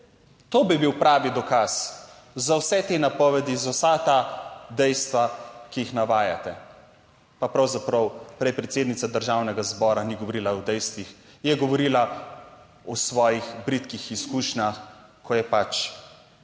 To bi bil pravi dokaz za vse te napovedi, za vsa ta dejstva, ki jih navajate. Pa pravzaprav prej predsednica Državnega zbora ni govorila o dejstvih, je govorila o svojih bridkih izkušnjah, ko je pač